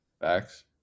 Facts